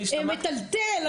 זה מטלטל.